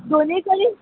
दोनीय कडेन